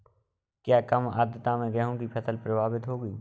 क्या कम आर्द्रता से गेहूँ की फसल प्रभावित होगी?